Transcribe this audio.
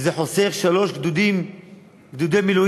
שחוסך שלושה גדודי מילואים: